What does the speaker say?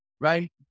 right